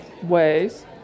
ways